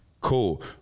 Cool